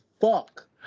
fuck